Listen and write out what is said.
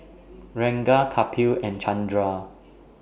Ranga Kapil and Chandra